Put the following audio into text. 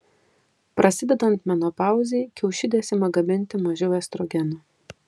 prasidedant menopauzei kiaušidės ima gaminti mažiau estrogeno